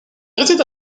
réside